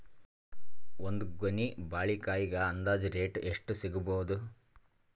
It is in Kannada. ಒಂದ್ ಗೊನಿ ಬಾಳೆಕಾಯಿಗ ಅಂದಾಜ ರೇಟ್ ಎಷ್ಟು ಸಿಗಬೋದ?